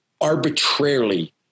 arbitrarily